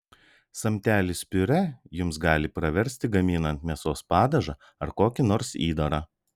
samtelis piurė jums gali praversti gaminant mėsos padažą ar kokį nors įdarą